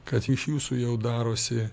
kad iš jūsų jau darosi